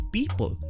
people